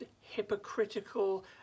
hypocritical